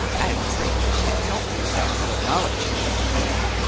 i am afraid i can't help you without fuller knowledge, said gimblet.